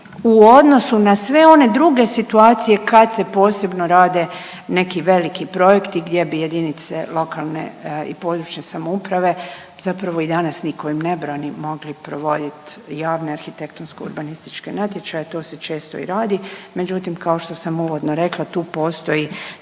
u odnosu na sve one druge situacije kad se posebno rade neki veliki projekti gdje bi jedinice lokalne i područne samouprave zapravo i danas niko im ne brani, mogli provodit javne arhitektonsko-urbanističke natječaje. To se često i radi, međutim kao što sam uvodno rekla tu postoji